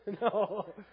No